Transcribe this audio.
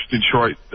Detroit